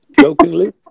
jokingly